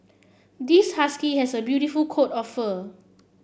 this husky has a beautiful coat of fur